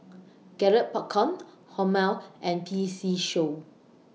Garrett Popcorn Hormel and P C Show